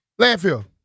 Landfill